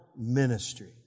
ministry